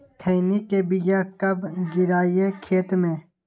खैनी के बिया कब गिराइये खेत मे?